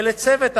ולצוות הוועדה,